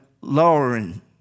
lowering